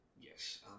Yes